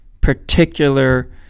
particular